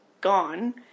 gone